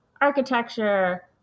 architecture